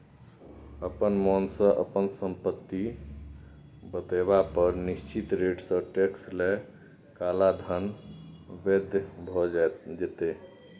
अपना मोनसँ अपन संपत्ति बतेबा पर निश्चित रेटसँ टैक्स लए काला धन बैद्य भ जेतै